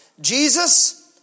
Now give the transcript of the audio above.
Jesus